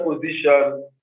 position